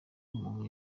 umuntu